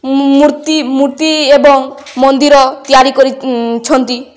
ମୂର୍ତ୍ତି ମୂର୍ତ୍ତି ଏବଂ ମନ୍ଦିର ତିଆରି କରିଛନ୍ତି